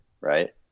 Right